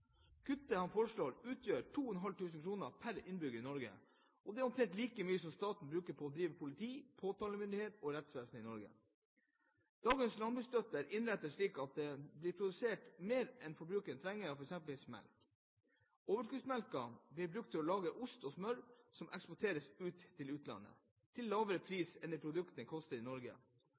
kutt på over 12 mrd. kr. Kuttet han foreslår, utgjør 2 500 kr pr. innbygger i Norge. Det er omtrent like mye som staten bruker på å drive politi, påtalemyndighet og rettsvesen i Norge. Dagens landbruksstøtte er innrettet slik at det blir produsert mer enn det forbrukerne trenger av f.eks. melk. Overskuddsmelken blir brukt til å lage ost og smør, som eksporteres til utlandet, til lavere pris enn det produktene koster i Norge.